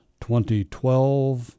2012